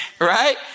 Right